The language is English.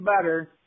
better